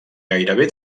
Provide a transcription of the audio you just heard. gairebé